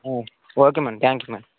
okay madam thanks madam